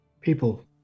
people